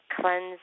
cleanse